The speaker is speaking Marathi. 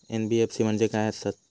एन.बी.एफ.सी म्हणजे खाय आसत?